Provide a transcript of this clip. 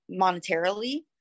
monetarily